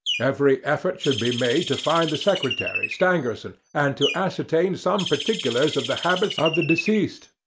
every effort should be made to find the secretary, stangerson, and to ascertain some particulars of the habits of the deceased.